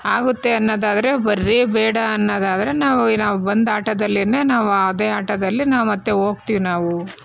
ಆಗುತ್ತೆ ಅನ್ನೋದಾದ್ರೆ ಬರೀ ಬೇಡ ಅನ್ನೋದಾದ್ರೆ ನಾವು ಇನ್ನೂ ಬಂದು ಆಟೋದಲ್ಲೆನೆ ನಾವು ಅದೇ ಆಟೋದಲ್ಲೆ ನಾವು ಮತ್ತೆ ಹೋಗ್ತಿವಿ ನಾವು